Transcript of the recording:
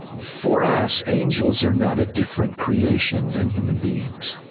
for us, angels are not a different creation than human beings.